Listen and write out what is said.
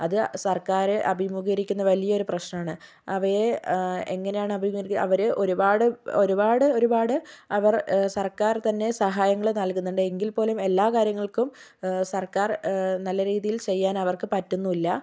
അത് സർക്കാർ അഭിമുഖീകരിക്കുന്ന ഒരു വലിയ ഒരു പ്രശ്നമാണ് അവര് എങ്ങനെയാണ് അഭിമുഖീകരിക്കുന്നത് അവര് ഒരുപാട് ഒരുപാട് ഒരുപാട് അവർ സർക്കാറ് തന്നെ സഹായങ്ങൾ നൽകുന്നുണ്ട് എങ്കിൽപോലും എല്ലാകാര്യങ്ങൾക്കും സർക്കാർ നല്ല രീതിയിൽ ചെയ്യാൻ അവർക്ക് പറ്റുന്നുമില്ല